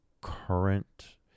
current